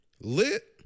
Lit